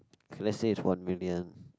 let's say it's one million